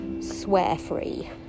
swear-free